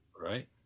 right